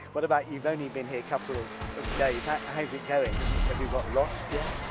what about you've only been here a couple of of days how's how's it going, have you have you got lost yet?